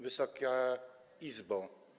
Wysoka Izbo!